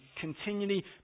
continually